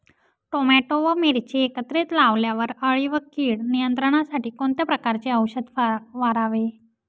Tomato व मिरची एकत्रित लावल्यावर अळी व कीड नियंत्रणासाठी कोणत्या प्रकारचे औषध फवारावे?